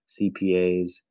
CPAs